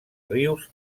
rius